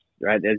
right